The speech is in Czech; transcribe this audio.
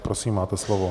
Prosím, máte slovo.